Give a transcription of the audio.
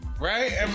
right